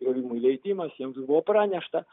griovimui leidimas jiems buvo pranešta